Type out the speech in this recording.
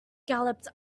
galloped